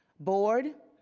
board,